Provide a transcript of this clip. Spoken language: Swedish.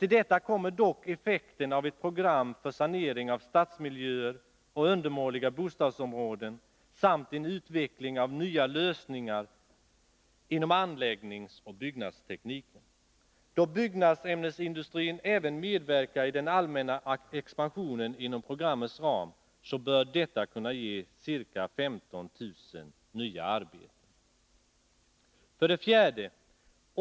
Till detta kommer dock effekten av ett program för sanering av stadsmiljöer och undermåliga bostadsområden samt en utveckling av nya lösningar inom anläggningsoch byggnadstekniken. Då byggnadsämnesindustrin även medverkar i den allmänna expansionen inom programmets ram, bör detta kunna ge ca 15 000 nya arbeten. 4.